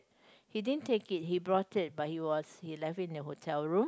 he didn't take it he brought it but he was he left it in the hotel room